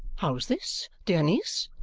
how's this, dear niece?